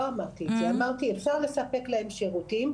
אמרתי אפשר לספק להם שירותים,